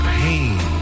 pain